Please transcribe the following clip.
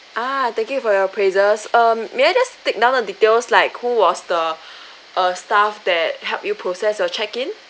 ah thank you for your praises um may I just take down the details like who was the uh staff that help you process your check in